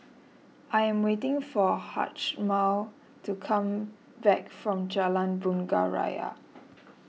I am waiting for Hjalmar to come back from Jalan Bunga Raya